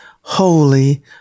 holy